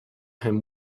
him